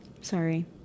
Sorry